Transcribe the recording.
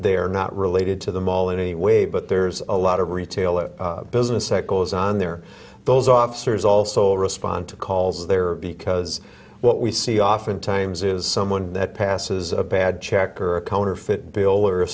they are not related to the mall in any way but there's a lot of retail it business echoes on there those officers also respond to calls there because what we see oftentimes is someone that passes a bad check or a counterfeit bill or a